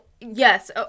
yes